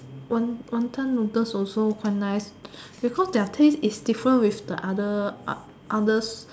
wanton noodles also quite nice because their taste is different with the other others